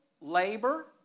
Labor